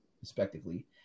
respectively